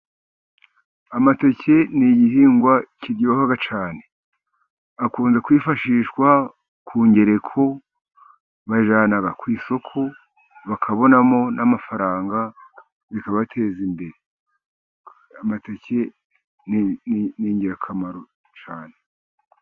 Amateke ni igihingwa kiryoha cyane. Akunze kwifashishwa ku ngereko, bayajyana ku isoko bakabonamo n'amafaranga, bikabateza imbere. Amateke ni ingirakamaro cyane.